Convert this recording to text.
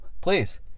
Please